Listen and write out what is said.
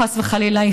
חס וחלילה,